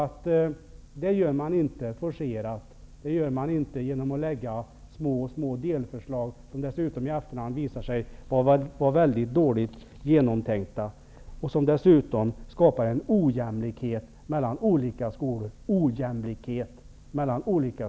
Men vi kan inte åstadkomma vad vi önskar genom att lägga fram små delförslag, som dessutom visar sig vara mycket dåligt genomtänkta och som skapar ojämlikhet mellan olika skolor.